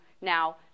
now